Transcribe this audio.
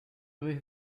vez